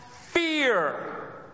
fear